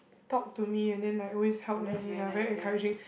talk to me and then like always help me ya very encouraging